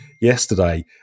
yesterday